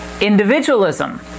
individualism